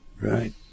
Right